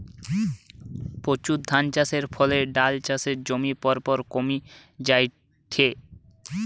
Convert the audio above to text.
প্রচুর ধানচাষের ফলে ডাল চাষের জমি পরপর কমি জায়ঠে